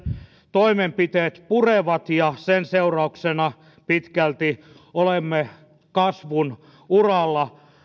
toimenpiteet purevat ja sen seurauksena pitkälti olemme kasvun uralla